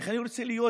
איך אני רוצה להיות